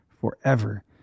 forever